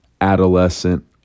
adolescent